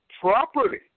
Property